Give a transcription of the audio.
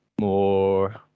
more